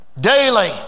daily